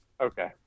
okay